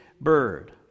bird